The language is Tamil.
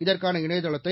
இதற்கான இணையதளத்தை